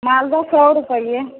मालदह सए रुपैआ